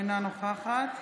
אינה נוכחת